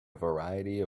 variety